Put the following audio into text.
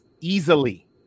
easily